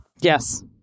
Yes